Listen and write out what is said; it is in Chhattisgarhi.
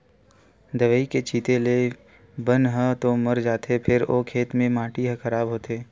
दवई के छिते ले बन ह तो मर जाथे फेर ओ खेत के माटी ह खराब होथे